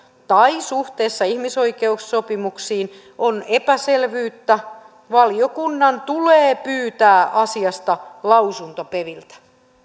tai suhteessa ihmisoikeussopimuksiin on epäselvyyttä valiokunnan tulee pyytää asiasta lausunto peviltä